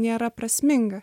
nėra prasminga